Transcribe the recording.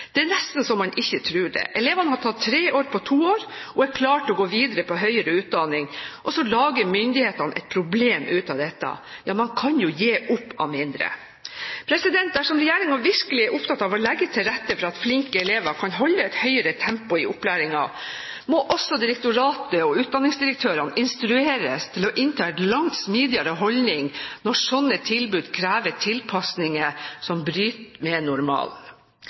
Det er nesten så man ikke tror det. Elevene har tatt tre år på to år og er klare til å gå videre til høyere utdanning, og så lager myndighetene et problem av dette. Ja, man kan gi opp av mindre. Dersom regjeringen virkelig er opptatt av å legge til rette for at flinke elever kan holde et høyere tempo i opplæringen, må også direktoratet og utdanningsdirektørene instrueres til å innta en langt smidigere holdning når slike tilbud krever tilpasninger som bryter med